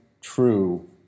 true